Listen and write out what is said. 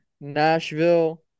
Nashville